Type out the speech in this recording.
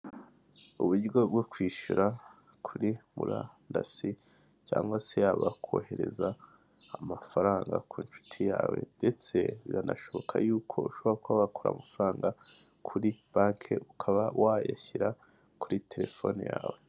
Uburyo bwo kwishyura kuri murandasi, cyangwa se yaba kohereza amafaranga ku nshuti yawe, ndetse biranashoboka y'uko, ushobora kuba wakura amafaranga kuri banki ukaba wayashyira kuri telefone yawe.